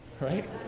right